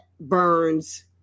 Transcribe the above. burns